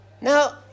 Now